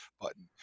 button